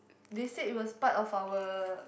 they said it was part of our